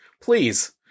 please